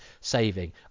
saving